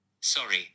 Sorry